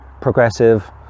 progressive